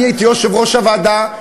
אני הייתי יושב-ראש הישיבה,